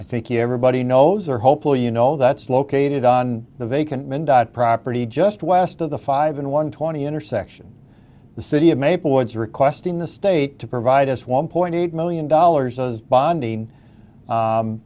i think everybody knows are hopeful you know that's located on the vacant property just west of the five in one twenty intersection the city of maple woods requesting the state to provide us one point eight million dollars as bonding